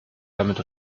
damit